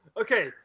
Okay